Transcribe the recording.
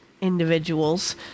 individuals